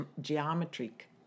geometric